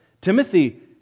Timothy